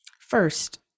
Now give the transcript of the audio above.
First